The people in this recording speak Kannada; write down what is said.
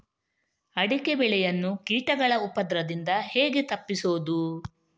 ಅಡಿಕೆ ಬೆಳೆಯನ್ನು ಕೀಟಗಳ ಉಪದ್ರದಿಂದ ಹೇಗೆ ತಪ್ಪಿಸೋದು?